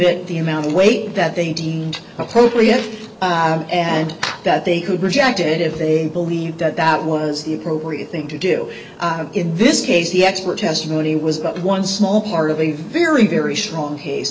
it the amount of weight that they deemed appropriate and that they could reject it if they believed that that was the appropriate thing to do in this case the expert testimony was about one small part of a very very strong